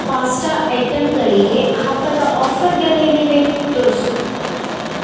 pasta ಐಟಂಗಳಿಗೆ ಹಬ್ಬದ ಆಫರ್ಗಳೇನಿವೆ ತೋರಿಸು